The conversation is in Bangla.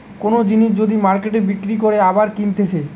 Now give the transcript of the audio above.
কোন জিনিস যদি মার্কেটে বিক্রি করে আবার কিনতেছে